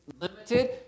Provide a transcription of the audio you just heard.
limited